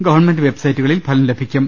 government വെബ്സൈറ്റുകളിൽ ഫലം ലഭി ക്കും